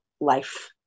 life